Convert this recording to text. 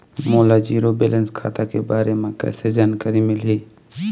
मोला zero balance खाता के बारे म कैसे जानकारी मिलही?